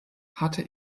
hatte